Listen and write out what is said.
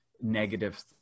negative